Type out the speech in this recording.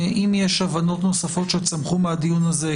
אם יש הבנות נוספות שצמחו מהדיון הזה,